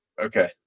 Okay